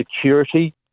security